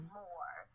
more